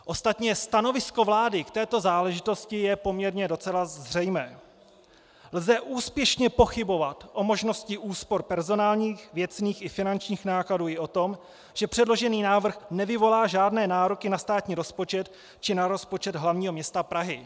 Ostatně stanovisko vlády k této záležitosti je docela zřejmé: Lze úspěšně pochybovat o možnosti úspor personálních, věcných i finančních nákladů i o tom, že předložený návrh nevyvolá žádné nároky na státní rozpočet či na rozpočet hl. m. Prahy.